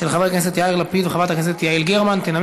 של חבר הכנסת יאיר לפיד וחברת הכנסת יעל גרמן.